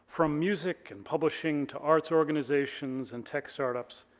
from music and publishing to arts organizations and tech start-ups,